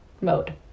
mode